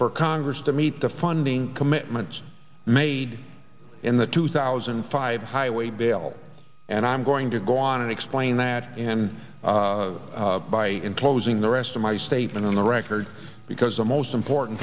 for congress to meet the funding commitments made in the two thousand and five highway bill and i'm going to go on and explain met him by enclosing the rest of my statement on the record because the most important